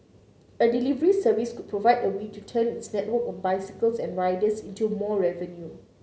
a delivery service could provide a way to turn its network of bicycles and riders into more revenue